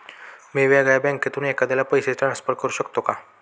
मी वेगळ्या बँकेतून एखाद्याला पैसे ट्रान्सफर करू शकतो का?